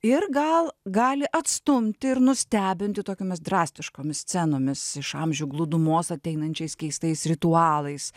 ir gal gali atstumti ir nustebinti tokiomis drastiškomis scenomis iš amžių glūdumos ateinančiais keistais ritualais